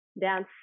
dance